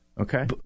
Okay